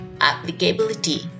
applicability